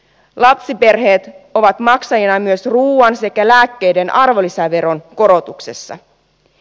lapsiperheet ovat maksajina myös ruuan sekä lääkkeiden arvonlisäveron korotuksessa